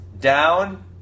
Down